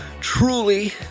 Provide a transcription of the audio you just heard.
truly